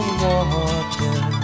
water